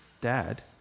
dad